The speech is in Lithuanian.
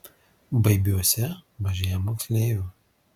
baibiuose mažėja moksleivių